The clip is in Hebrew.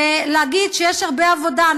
ולהגיד שיש הרבה עבודה.